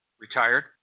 retired